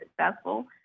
successful